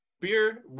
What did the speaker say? beer